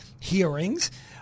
hearings